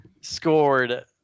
scored